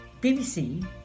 BBC